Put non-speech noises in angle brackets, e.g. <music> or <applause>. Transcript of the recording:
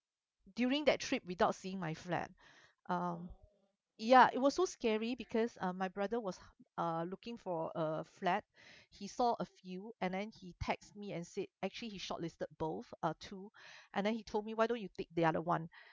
during that trip without seeing my flat um ya it was so scary because um my brother was uh looking for a flat he saw a few and then he text me and said actually he shortlisted both or two <breath> and then he told me why don't you take the other one